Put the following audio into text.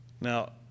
Now